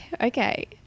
Okay